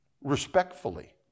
respectfully